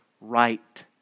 right